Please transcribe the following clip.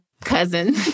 cousin